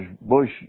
Bush